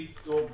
יחסית טוב.